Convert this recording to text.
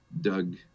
Doug